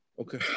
Okay